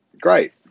great